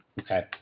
Okay